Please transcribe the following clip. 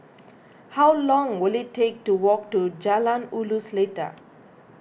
how long will it take to walk to Jalan Ulu Seletar